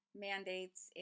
mandates